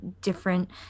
different